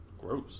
gross